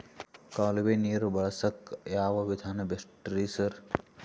ಕಾಲುವೆ ನೀರು ಬಳಸಕ್ಕ್ ಯಾವ್ ವಿಧಾನ ಬೆಸ್ಟ್ ರಿ ಸರ್?